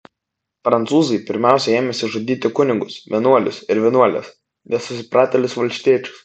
prancūzai pirmiausia ėmėsi žudyti kunigus vienuolius ir vienuoles nesusipratėlius valstiečius